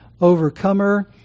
overcomer